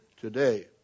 today